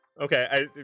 Okay